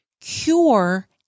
cure